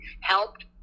helped